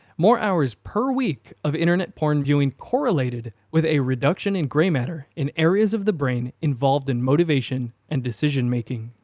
more hours per week of internet porn viewing correlated with a reduction in grey matter in areas of the brain involved in motivation and decision-making.